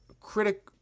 critic